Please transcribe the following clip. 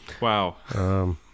Wow